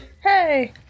Hey